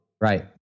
Right